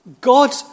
God